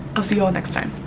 i'll see you all next time.